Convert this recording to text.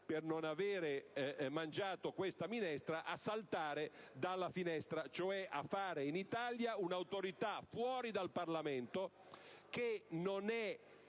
per non avere mangiato questa minestra, di saltare dalla finestra, cioè a creare in Italia un'autorità fuori dal Parlamento che non sarà